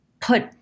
put